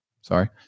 sorry